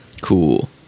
cool